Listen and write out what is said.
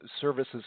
services